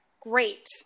great